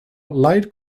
light